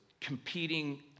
competing